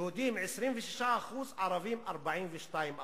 יהודים, 26%, ערבים, 42%,